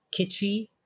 kitschy